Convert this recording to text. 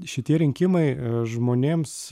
šitie rinkimai žmonėms